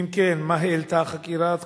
כי מה שקרה עם